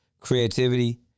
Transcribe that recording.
Creativity